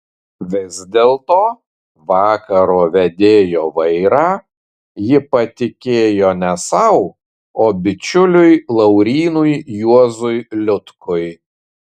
vis dėlto vakaro vedėjo vairą ji patikėjo ne sau o bičiuliui laurynui juozui liutkui